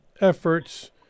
efforts